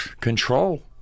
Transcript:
Control